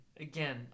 Again